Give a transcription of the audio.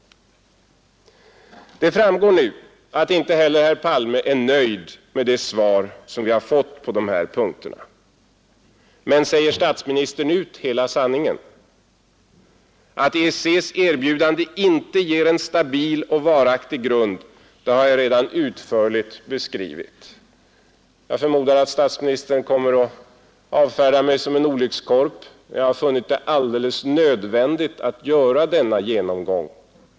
Det framgår nu att inte heller herr Palme är nöjd med det svar som vi har fått på dessa punkter. Men säger statsministern ut hela sanningen? Att EEC:s erbjudande inte ger en stabil och varaktig grund har jag redan utförligt beskrivit. Jag förmodar att statsministern kommer att avfärda 31 mig som en olyckskorp, men jag har funnit det alldeles nödvändigt att göra denna genomgång.